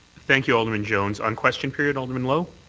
thank you, alderman jones. on question period, alderman lowe?